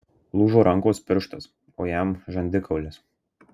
lūžo rankos pirštas o jam žandikaulis